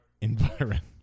environment